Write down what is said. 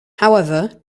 however